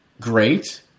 great